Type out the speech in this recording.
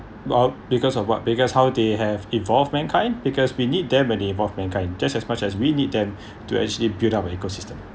uh because of what because how they have evolved mankind because we need them when they evolve mankind just as much as we need them to actually build up an ecosystem